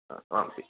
आ आमपि